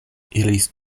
iris